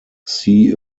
see